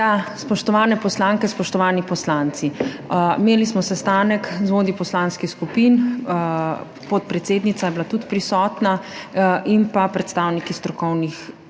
Spoštovane poslanke, spoštovani poslanci! Imeli smo sestanek z vodji poslanskih skupin, podpredsednica je bila tudi prisotna, in predstavniki strokovnih